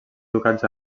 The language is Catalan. ducats